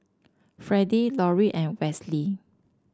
Freddie Lorie and Westley